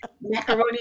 Macaroni